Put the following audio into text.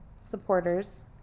supporters